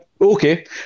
Okay